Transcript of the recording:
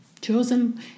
chosen